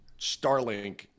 Starlink